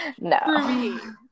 no